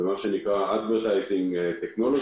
מה שנקרא advertising technology,